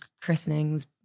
christenings